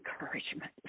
encouragement